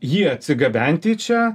jį atsigabenti čia